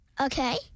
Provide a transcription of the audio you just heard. Okay